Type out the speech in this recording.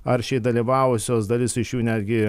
aršiai dalyvavusios dalis iš jų netgi